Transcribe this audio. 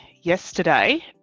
yesterday